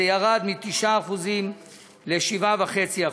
זה ירד מ-9% ל-7.5%.